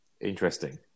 Interesting